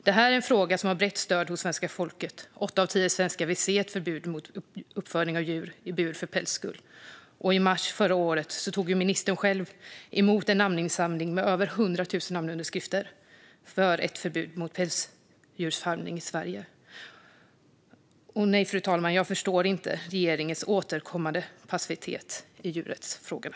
Det här är en fråga som har brett stöd hos svenska folket - åtta av tio svenskar vill se ett förbud mot uppfödning av djur i bur för pälsens skull, och i mars förra året tog ministern själv emot en namninsamling med över 100 000 underskrifter för ett förbud mot pälsdjursfarmning i Sverige. Nej, fru talman, jag förstår inte regeringens återkommande passivitet i djurrättsfrågorna.